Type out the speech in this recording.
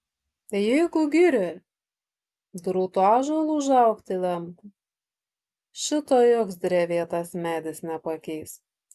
jeigu girioje drūtu ąžuolu užaugti lemta šito joks drevėtas medis nepakeis